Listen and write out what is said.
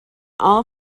all